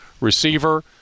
Receiver